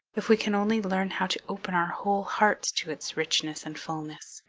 if we can only learn how to open our whole hearts to its richness and fulness.